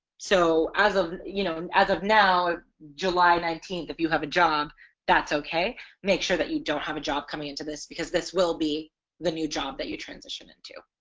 so as of you know and as of now july nineteenth if you have a job that's okay make sure that you don't have a job coming into this because this will be the new job that you transition into